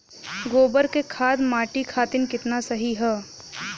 गोबर क खाद्य मट्टी खातिन कितना सही ह?